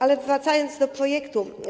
Ale wracam do projektu.